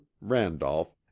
randolph